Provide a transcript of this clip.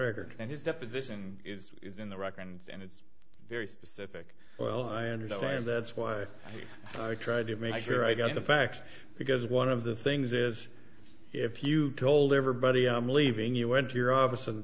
his deposition is in the records and it's very specific well i understand that's why i tried to make sure i got the facts because one of the things is if you told everybody i'm leaving you went to your office